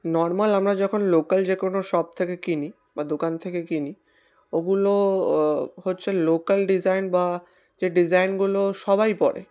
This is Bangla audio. নর্মাল আমরা যখন লোকাল যে কোনো শপ থেকে কিনি বা দোকান থেকে কিনি ওগুলো হচ্ছে লোকাল ডিজাইন বা যে ডিজাইনগুলো সবাই পরে